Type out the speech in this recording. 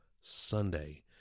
Sunday